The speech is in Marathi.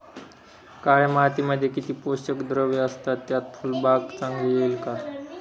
काळ्या मातीमध्ये किती पोषक द्रव्ये असतात, त्यात फुलबाग चांगली येईल का?